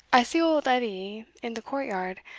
i see old edie in the court-yard,